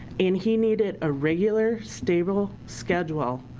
and he needed a regular, stable schedule.